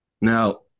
Now